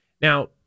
now